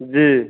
जी